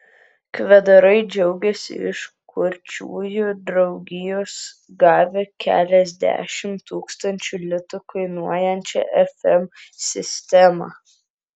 kvedarai džiaugiasi iš kurčiųjų draugijos gavę keliasdešimt tūkstančių litų kainuojančią fm sistemą